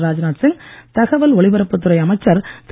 ராஜ்நாத் சிங் தகவல் ஒலிபரப்புத் துறை அமைச்சர் திரு